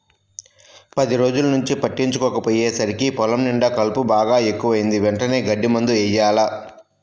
పది రోజుల్నుంచి పట్టించుకోకపొయ్యేసరికి పొలం నిండా కలుపు బాగా ఎక్కువైంది, వెంటనే గడ్డి మందు యెయ్యాల